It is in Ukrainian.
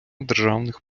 державних